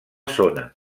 zona